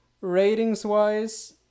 ratings-wise